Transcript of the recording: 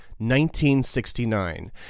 1969